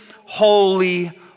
holy